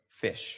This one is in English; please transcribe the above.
Fish